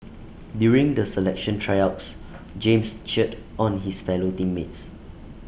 during the selection Tryouts James cheered on his fellow team mates